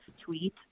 tweet